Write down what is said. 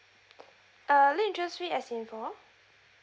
uh late interest rate as in for